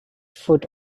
foot